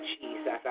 Jesus